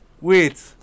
Wait